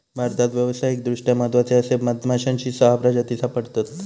भारतात व्यावसायिकदृष्ट्या महत्त्वाचे असे मधमाश्यांची सहा प्रजाती सापडतत